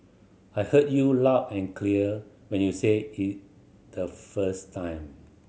I heard you loud and clear when you said it the first time